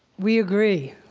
we agree.